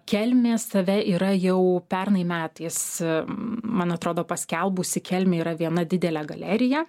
kelmė save yra jau pernai metais man atrodo paskelbusi kelmė yra viena didele galerija